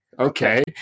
Okay